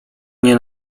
nie